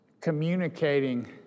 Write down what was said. communicating